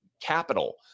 capital